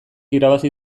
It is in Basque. irabazi